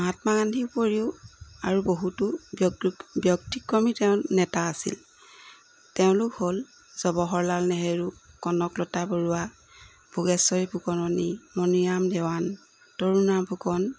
মহাত্মা গান্ধী উপৰিও আৰু বহুতো ব্যত ব্যতিক্ৰমী তেওঁ নেতা আছিল তেওঁলোক হ'ল জৱাহৰলাল নেহেৰু কনকলতা বৰুৱা ভোগেশ্বৰী ফুকননী মনিৰাম দেৱাম তৰুণৰাম ফুকন